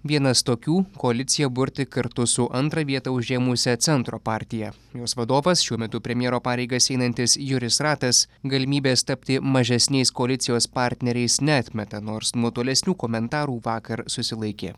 vienas tokių koalicija burti kartu su antrą vietą užėmusia centro partija jos vadovas šiuo metu premjero pareigas einantis jūris ratas galimybės tapti mažesniais koalicijos partneriais neatmeta nors nuo tolesnių komentarų vakar susilaikė